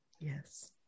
Yes